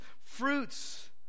fruits